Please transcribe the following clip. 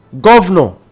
governor